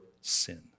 sin